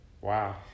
Wow